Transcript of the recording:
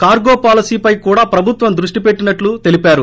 cargo పాలసీపై కూడా ప్రభుత్వం దృష్టి పెట్టినట్లు తెలిపారు